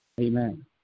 Amen